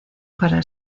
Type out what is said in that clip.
para